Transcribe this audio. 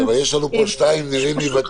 יש לנו פה שניים שנראים לי ותיקים,